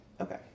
okay